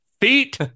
Feet